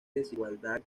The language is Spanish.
desigualdad